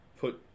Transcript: put